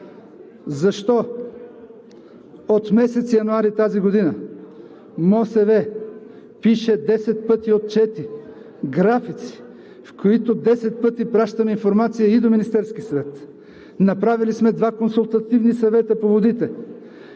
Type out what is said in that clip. Защо? От месец януари тази година МОСВ пише 10 пъти отчети, графици, в които 10 пъти пращаме информация и до Министерския съвет. Направили сме два консултативни съвета по водите,